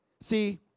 See